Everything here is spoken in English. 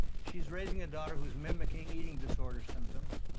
she's raising a daughter who's mimicking eating disorder symptoms.